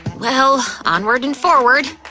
well onward and forward.